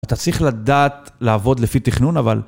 אתה צריך לדעת לעבוד לפי תכנון, אבל...